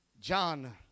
John